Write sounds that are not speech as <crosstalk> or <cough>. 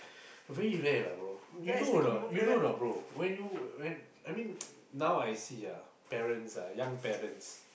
very rare lah bro you know a not you know a not bro when you when I mean <noise> now I see ah parents ah young parents